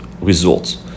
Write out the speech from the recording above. results